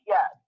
Yes